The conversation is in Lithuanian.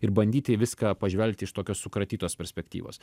ir bandyti į viską pažvelgti iš tokios sukratytos perspektyvos